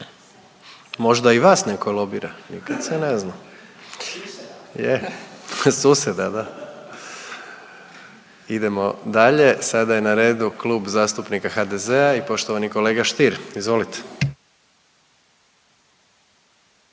Možda i vas netko lobira, nikad se ne zna. Je, suseda, da. Idemo dalje, sada je na redu Kluba zastupnika HDZ-a i poštovani kolega Stier, izvolite.